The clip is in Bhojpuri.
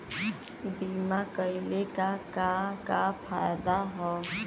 बीमा कइले का का फायदा ह?